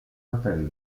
appel